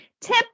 tip